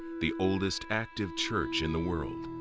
the oldest active church in the world.